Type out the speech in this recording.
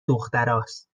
دختراست